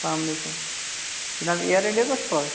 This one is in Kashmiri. اسلام وعلیکُم